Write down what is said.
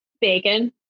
Bacon